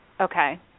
Okay